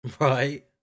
right